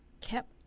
kept